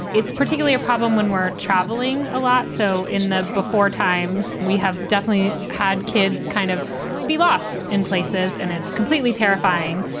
it's particularly a problem when we're traveling a lot. so in the before times, we have definitely had kids kind of be lost in places and it's completely terrifying.